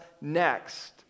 next